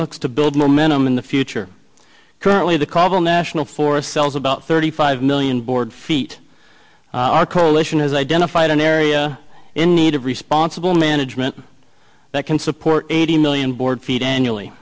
looks to build momentum in the future currently the call the national forest sells about thirty five million board feet our coalition has identified an area in need of responsible management that can support a million board feet annually